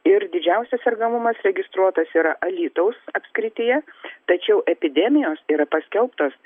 ir didžiausias sergamumas registruotas yra alytaus apskrityje tačiau epidemijos yra paskelbtos